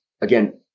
again